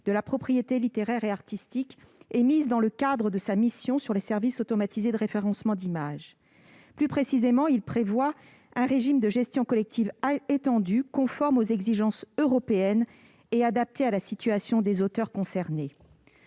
de la propriété littéraire et artistique, émises dans le cadre de sa mission sur les services automatisés de référencement d'images. Plus précisément, il prévoit un régime de gestion collective des droits d'auteur étendu, conforme aux exigences européennes et adapté à la situation des auteurs concernés.